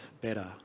better